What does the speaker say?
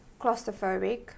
claustrophobic